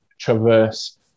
traverse